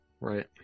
Right